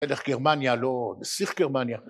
אלך גרמניה, לא נסיך גרמניה.